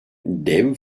dev